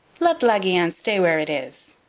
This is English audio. let la guienne stay where it is!